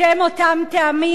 בשם אותם טעמים,